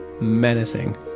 Menacing